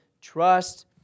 trust